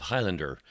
Highlander